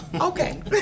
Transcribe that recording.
okay